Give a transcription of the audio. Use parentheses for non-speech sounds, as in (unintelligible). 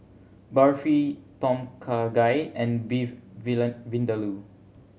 Barfi Tom Kha Gai and Beef (unintelligible) Vindaloo